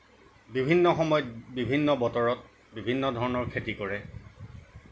বিভিন্ন সময়ত বিভিন্ন বতৰত বিভিন্ন ধৰণৰ খেতি কৰে